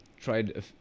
tried